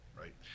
right